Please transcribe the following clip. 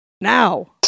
now